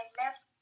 left